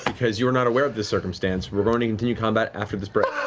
because you were not aware of this circumstance. we're going to continue combat after this break.